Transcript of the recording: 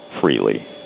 freely